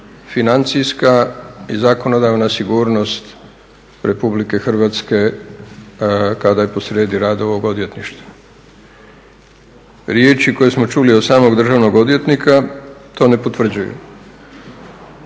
financijska i zakonodavna sigurnost Republike Hrvatske kada je po srijedi rad ovog odvjetništva. Riječi koje smo čuli od samog državnog odvjetnika to ne potvrđuju.